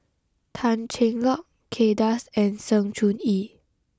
Tan Cheng Lock Kay Das and Sng Choon Yee